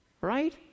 right